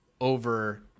over